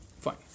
Fine